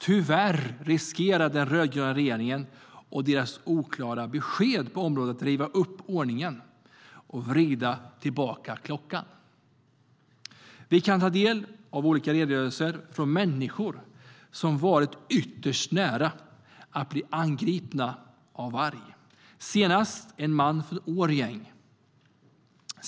Tyvärr riskerar den rödgröna regeringen och dess oklara besked på området att riva upp ordningen och vrida tillbaka klockan. Vi kan ta del av olika redogörelser från människor som varit ytterst nära att bli angripna av varg, senast en man från Årjäng.